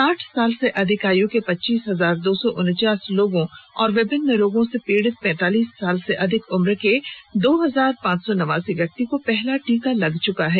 साठ साल से अधिक आयु के पच्चीस हजार दो सौ उनचास लोगों और विभिन्न रोगों से पीड़ित पैंतालीस साल से अधिक उम्र के दो हजार पांच सौ नवासी व्यक्ति को पहला टीका लग चुका है